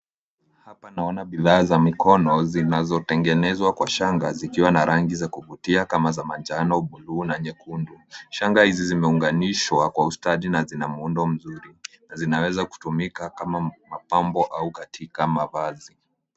Hapa naona bidhaa za mikono zinazotengenezwa kwa shanga zikiwa na rangi za kuvutia kama manjano, bluu na nyekundu. Shanga hizi zimeunganishwa kwa ustadi na zina muundo mzuri na zinaweza kutumika kama mapambo au katika mavazi.